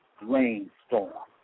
rainstorm